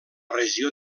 regió